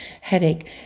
headache